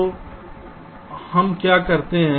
तो हम क्या करते हैं